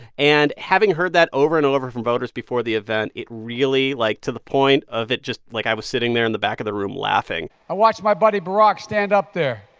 and having heard that over and over from voters before the event, it really like, to the point of it just like, i was sitting there in the back of the room laughing i watched my buddy barack stand up there.